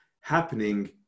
happening